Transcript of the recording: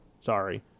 sorry